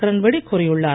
கிரண் பேடி கூறியுள்ளார்